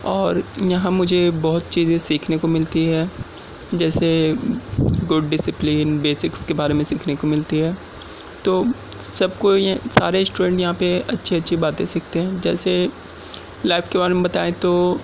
اور یہاں مجھے بہت چیزیں سیکھنے کو ملتی ہے جیسے گوڈ ڈسپلین بیسکس کے بارے میں سیکھنے کو ملتی ہے تو سب کو یہ سارے اسٹوڈینٹ یہاں پہ اچھی اچھی باتیں سیکھتے ہیں جیسے لائف کے بارے میں بتائیں تو